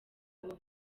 ubu